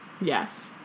Yes